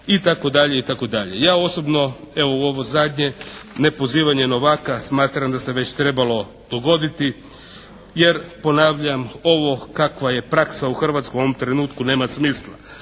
roka itd. Ja osobno evo, ovo zadnje nepozivanje novaka smatram da se već trebalo dogoditi jer ponavljam ovo kakva je praksa u Hrvatskoj u ovom trenutku, nema smisla.